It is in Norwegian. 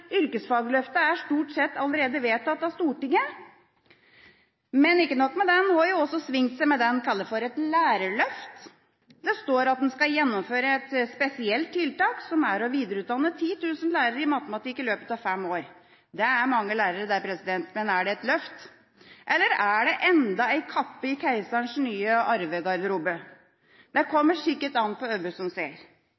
Yrkesfagløftet er stort sett allerede vedtatt av Stortinget, men ikke nok med det, en har også svingt seg med det en kaller for et lærerløft. Det står at en skal gjennomføre et spesielt tiltak, som er å videreutdanne 10 000 lærere i matematikk i løpet av fem år. Det er mange lærere, det. Men er det et løft? Eller er det enda en kappe i keiserens nye